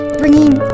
bringing